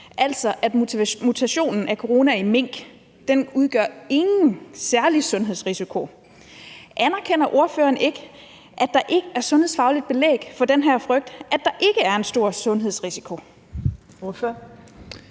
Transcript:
altså at mutationen af corona i mink ingen særlig sundhedsrisiko udgør. Anerkender ordføreren ikke, at der ikke er sundhedsfagligt belæg for den her frygt, altså at der ikke er en stor sundhedsrisiko? Kl.